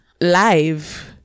live